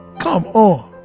come on.